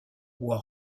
bois